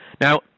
Now